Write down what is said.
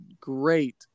great